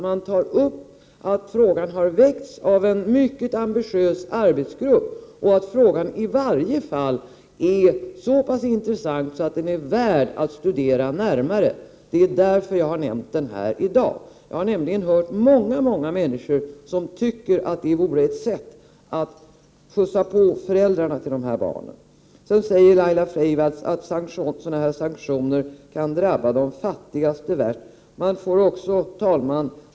Men frågan har väckts av en mycket ambitiös arbetsgrupp, och den är i varje fall så intressant att den är värd att studera närmare. Det är därför jag har nämnt den här i dag. Jag har nämligen hört många människor säga att de tycker att detta vore ett sätt att påverka föräldrarna till de här barnen. Laila Freivalds säger att sådana här sanktioner kan drabba de fattigaste värst.